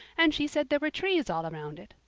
and she said there were trees all around it.